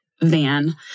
van